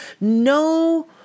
No